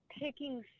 picking